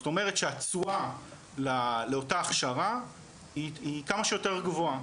זאת אומרת שהתשואה לאותה הכשרה היא כמה שיותר גבוהה,